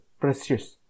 precious